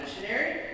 missionary